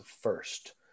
first